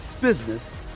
business